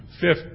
Fifth